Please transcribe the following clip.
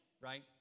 right